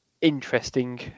interesting